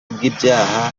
bw’ibyaha